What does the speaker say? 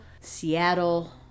Seattle